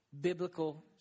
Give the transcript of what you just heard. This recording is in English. biblical